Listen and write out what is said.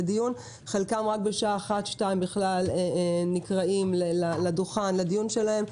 וחלקם רק בשעה 13:00 או 14:00 נקראים לדיון שלהם.